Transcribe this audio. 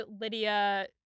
Lydia